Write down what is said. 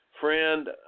Friend